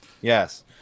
Yes